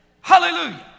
Hallelujah